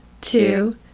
two